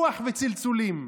רוח וצלצולים,